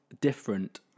different